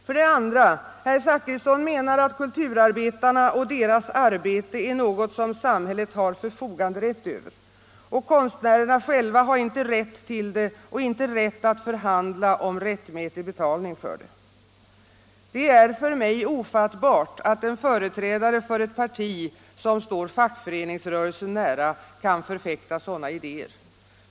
Vidare: Herr Zachrisson menar att kulturarbetarna och deras arbete är något som samhället har förfoganderätt över, och konstnärerna själva har inte rätt till det och inte rätt att förhandla om rättmätig betalning för det. Det är för mig ofattbart att en företrädare för ett parti som står fackföreningsrörelsen nära kan förfäkta sådana idéer.